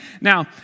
Now